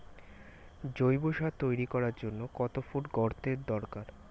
জৈব সার তৈরি করার জন্য কত ফুট গর্তের দরকার?